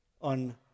on